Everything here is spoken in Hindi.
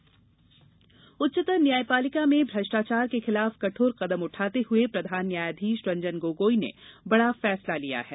न्यायाधीश सीबीबाई उच्चतर न्यायपालिका में भ्रष्टाचार के खिलाफ कठोर कदम उठाते हुये प्रधान न्यायाधीश रंजन गोगोई ने बड़ा फैसला लिया है